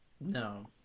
No